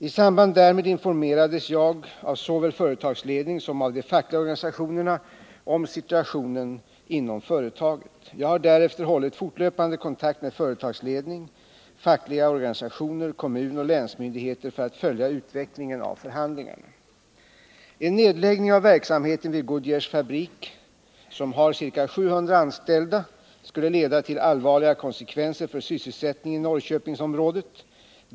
I samband därmed informerades jag såväl av företagsledning som av de fackliga organisationerna om situationen inom företaget. Jag har därefter hållit fortlöpande kontakt med företagsledning. fackliga organisationer. kommun och länsmyndigheter för att följa utvecklingen av förhandlingarna. En nedläggning av verksamheten vid Goodyears fabrik. som har ca 700 anställda, skulle leda till allvarliga konsekvenser för sysselsättningen i Norrköpingsområdet.